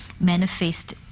manifest